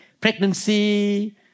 pregnancy